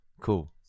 Cool